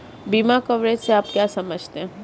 बीमा कवरेज से आप क्या समझते हैं?